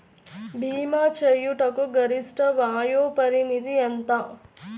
భీమా చేయుటకు గరిష్ట వయోపరిమితి ఎంత?